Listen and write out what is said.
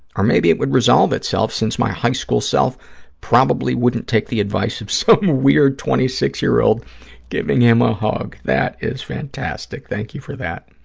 or maybe it would resolve itself since my high-school self probably wouldn't take the advice of some so weird twenty six year old giving him a hug. that is fantastic. thank you for that.